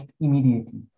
immediately